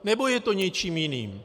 Nebo je to něčím jiným?